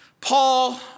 Paul